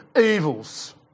evils